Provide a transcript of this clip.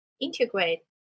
integrate